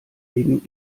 wegen